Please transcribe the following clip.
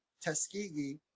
Tuskegee